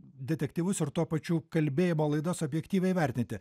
detektyvus ir tuo pačiu kalbėjimo laidas objektyviai vertinti